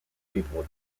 people